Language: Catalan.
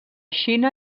xina